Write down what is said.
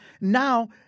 now